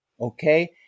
Okay